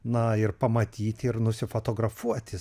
na ir pamatyti ir nusifotografuoti